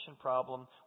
problem